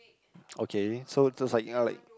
okay so those like are like